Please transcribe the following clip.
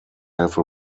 have